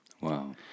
Wow